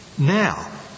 now